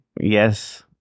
Yes